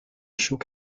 chaux